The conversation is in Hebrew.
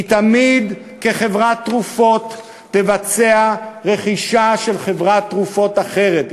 היא תמיד כחברת תרופות תבצע רכישה של חברת תרופות אחרת.